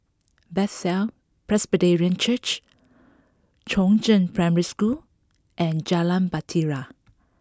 Bethel Presbyterian Church Chongzheng Primary School and Jalan Bahtera